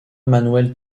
manuel